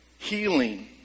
Healing